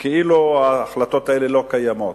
כאילו ההחלטות האלה לא קיימות.